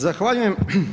Zahvaljujem.